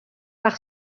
par